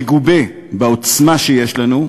מגובה בעוצמה שיש לנו,